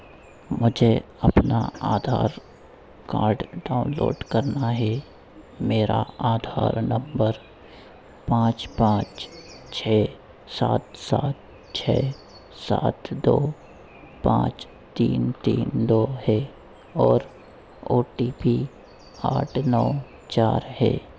मुझे अपना Aadhaar card download करना है मेरा आधार नम्बर पाँच पाँच छः सात सात छः सात दो पाँच तीन तीन दो है और ओ टी पी आठ नौ चार है